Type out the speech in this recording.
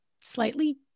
slightly